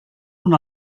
una